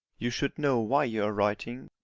you should know why you are writing,